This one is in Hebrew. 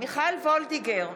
מיכל וולדיגר,